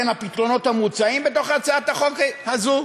בין הפתרונות המוצעים בתוך הצעת החוק הזו,